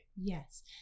Yes